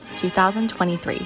2023